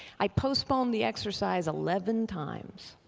i postponed the exercise eleven times.